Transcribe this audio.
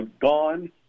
gone